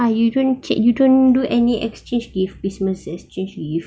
ah you don't you don't do any exchange gift christmas exchange gift